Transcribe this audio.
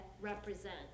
represent